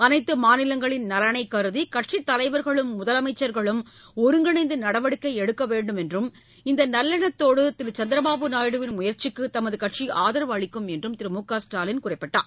அனைத்து மாநிலங்களின் நலனைக்கருதி கட்சித் தலைவர்களும் முதலமைச்சர்களும் ஒருங்கிணைந்து நடவடிக்கை எடுக்க வேண்டுமென்றும் இந்த நல்லெண்ணத்தோடு திரு சந்திரபாபு நாயுடுவின் முயற்சிக்கு தமது கட்சி ஆதரவளிக்கும் என்றும் கூறினார்